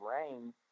rain